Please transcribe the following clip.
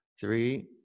three